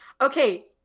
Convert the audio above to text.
okay